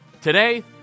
Today